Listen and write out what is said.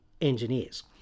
engineers